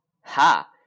Ha